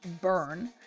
burn